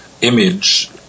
image